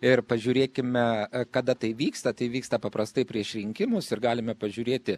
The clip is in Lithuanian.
ir pažiūrėkime kada tai vyksta tai vyksta paprastai prieš rinkimus ir galime pažiūrėti